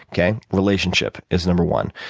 okay, relationship is no. one.